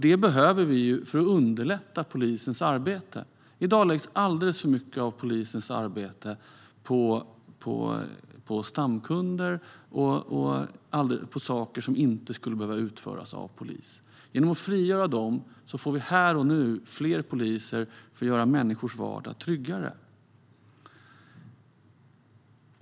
Det behöver vi för att underlätta polisens arbete. I dag läggs alldeles för mycket av polisens arbete på stamkunder och på saker som inte behöver utföras av polis. Genom att frigöra den tiden får vi här och nu fler poliser för att göra människors vardag tryggare.